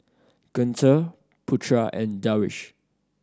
Guntur Putra and Darwish